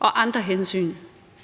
og andre hensyn.